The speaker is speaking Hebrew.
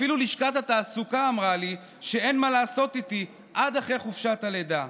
אפילו לשכת התעסוקה אמרה לי שאין מה לעשות איתי עד אחרי חופשת הלידה.